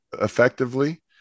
effectively